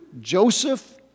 Joseph